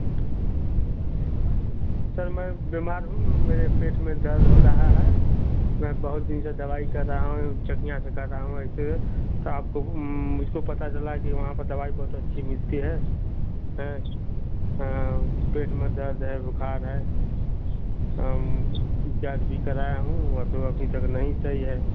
sir मैं बीमार हूँ मेरे पेट में दर्द हो रहा है मैं बहुत दिन से दवाई कर रहा हूँ चकनीया से कर रहा हूँ एक्सर्साइज पर आपको मुझको पता चला कि वहाँ पर दवाई बहुत अच्छी मिलती है हाँ पेट में दर्द है बुखार है क्या जी कर आया हूँ वॉकिंग वॉकिंग तो करना ही चाहिये